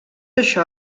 això